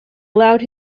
allowed